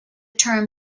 term